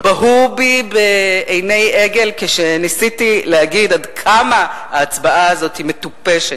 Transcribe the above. בהו בי בעיני עגל כשניסיתי להגיד עד כמה ההצבעה הזאת מטופשת,